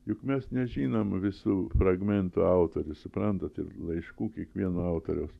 juk mes nežinom visų fragmentų autorius suprantat ir laiškų kiekvieno autoriaus